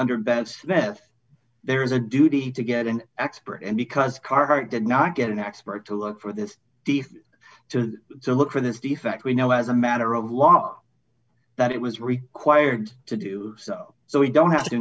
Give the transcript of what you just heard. under bents beth there is a duty to get an expert in because carhart did not get an expert to look for this to look for this defect we know as a matter of law that it was required to do so so we don't have to